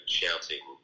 shouting